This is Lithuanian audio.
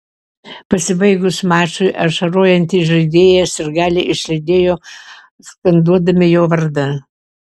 pasibaigus mačui ašarojantį žaidėją sirgaliai išlydėjo skanduodami jo vardą